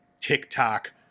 TikTok